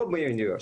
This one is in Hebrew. לא באוניברסיטאות,